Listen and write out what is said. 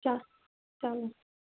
چہ چلو